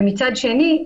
ומצד שני,